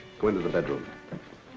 go into the bedroom.